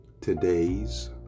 today's